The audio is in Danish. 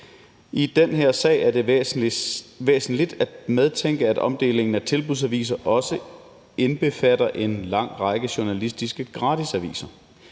I den her sag er det væsentligt at medtænke, at omdelingen af tilbudsaviser også indbefatter en lang række journalistiske gratisaviser.